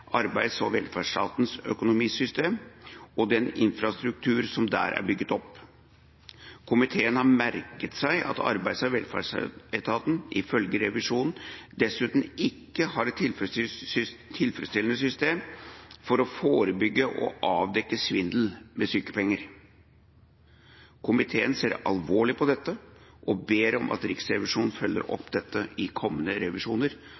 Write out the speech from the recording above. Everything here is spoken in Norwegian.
arbeids- og velferdsetatens økonomisystem og den infrastruktur som der er bygget opp. Komiteen har merket seg at arbeids- og velferdsetaten, ifølge revisjonen, dessuten ikke har et tilfredsstillende system for å forebygge og avdekke svindel med sykepenger. Komiteen ser alvorlig på dette og ber om at Riksrevisjonen følger opp dette i kommende revisjoner.